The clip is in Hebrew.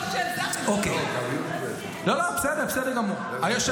בסדר גמור.